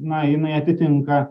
na jinai atitinka